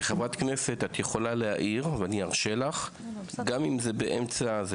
כחברת כנסת את יכולה להעיר ואני ארשה לך גם אם זה באמצע,